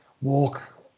walk